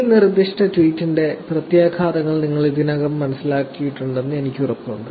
ഈ നിർദ്ദിഷ്ട ട്വീറ്റിന്റെ പ്രത്യാഘാതങ്ങൾ നിങ്ങൾ ഇതിനകം മനസ്സിലാക്കിയിട്ടുണ്ടെന്ന് എനിക്ക് ഉറപ്പുണ്ട്